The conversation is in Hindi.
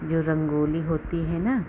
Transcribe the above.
जो रंगोली होती है न